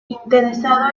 interesado